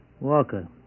Walker